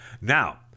Now